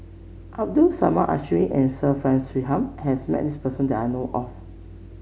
Abdul Samad Ismail and Sir Frank Swettenham has met this person that I know of